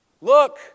Look